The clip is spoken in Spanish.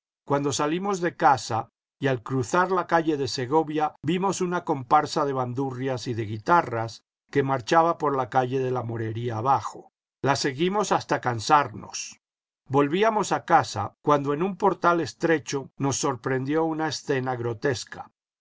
cuando salimos de casa y al cruzar la calle de segovia vimos una comparsa de bandurrias y de guitarras que marchaba por la calle de la morería abajo la seguinos hasta cansarnos volvíamos a casa cuando en un portal estrecho nos sorprendió una escena grotesca